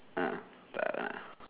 ah but ah